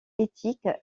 éthique